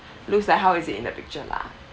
looks like how is it in the picture lah